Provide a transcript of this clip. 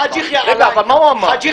מגיע מאוד קרוב.